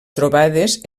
trobades